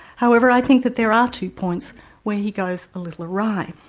however i think that there are two points where he goes a little awry.